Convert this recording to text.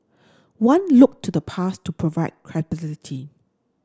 one looked to the past to provide credibility